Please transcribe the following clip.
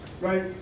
right